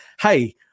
Hey